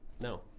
No